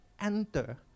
enter